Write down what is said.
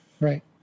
Right